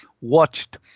watched